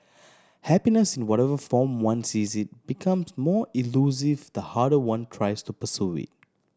happiness in whatever form one sees it becomes more elusive the harder one tries to pursue